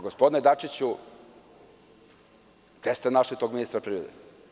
Gospodine Dačiću, gde ste našli tog ministra privrede?